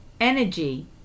energy